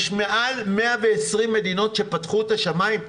יש מעל 120 מדינות שפתחו את השמים.